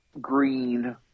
green